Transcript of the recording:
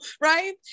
right